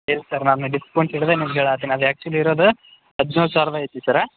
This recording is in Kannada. ಎಸ್ ಸರ್ ನಾನು ಡಿಸ್ಕೌಂಟ್ ಹಿಡಿದೆ ನಿಮಗೆ ಹೇಳಾಕತ್ತೀನಿ ಅದು ಆ್ಯಕ್ಚುಲಿ ಇರೋದು ಹದ್ನೇಳು ಸಾವ್ರದ್ ಐತಿ ಸರ್